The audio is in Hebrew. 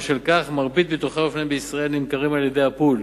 ובשל כך מרבית ביטוחי האופנועים בישראל נמכרים על-ידי "הפול",